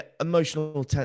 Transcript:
emotional